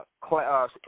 class